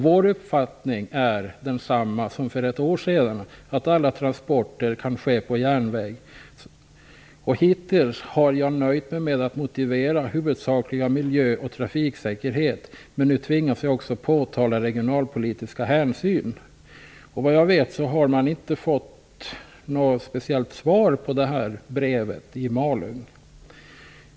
Vår uppfattning är densamma som för ett år sedan, att alla transporter kan ske på järnväg. Hittills har jag nöjt mig med att motivera huvudsakliga miljö och trafiksäkerhetsskäl, men nu tvingas jag också att påtala regionalpolitiska hänsyn. Såvitt jag vet har inte arbetarekommunen i Malung fått något svar på brevet.